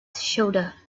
shoulder